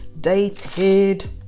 dated